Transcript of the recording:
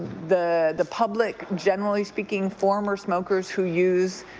the the public generally speaking former smokers who use